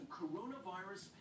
coronavirus